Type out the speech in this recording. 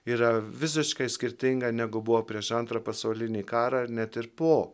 yra visiškai skirtinga negu buvo prieš antrą pasaulinį karą net ir po